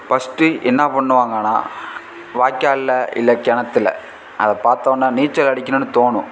first என்ன பண்ணுவாங்கனால் வாய்க்காலில் இல்லை கிணத்துல அதைப் பார்த்தோன்னா நீச்சல் அடிக்கணும்னு தோணும்